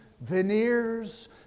veneers